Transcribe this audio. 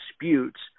disputes